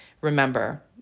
remember